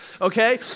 okay